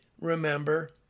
remember